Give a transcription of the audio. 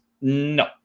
no